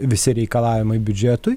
visi reikalavimai biudžetui